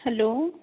hello